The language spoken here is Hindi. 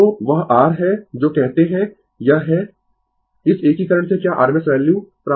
तो वह r है जो कहते है यह है इस एकीकरण से क्या RMS वैल्यू प्राप्त कर रहे है